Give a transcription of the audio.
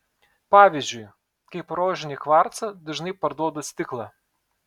pavyzdžiui kaip rožinį kvarcą dažnai parduoda stiklą